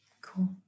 Cool